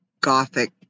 gothic